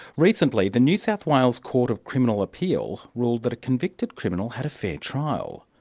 recently, the new south wales court of criminal appeal ruled that a convicted criminal had a fair trial,